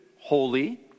holy